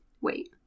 Wait